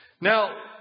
Now